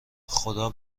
خدا